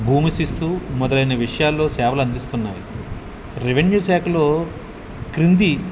భూమి శిస్తు మొదలైన విషయాలలో సేవలు అందిస్తున్నాయి రెవెన్యూ శాఖలో క్రింది